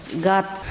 God